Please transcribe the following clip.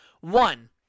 One